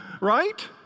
Right